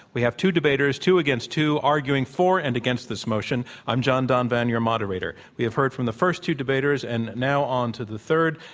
we have two debaters, two against two, arguing for and against this motion. i'm john donvan, your moderator. we have heard from the first two debaters and now onto the third.